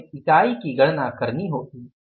हमें इकाई की गणना करनी होगी